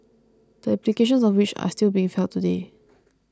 the implications of which are still being felt today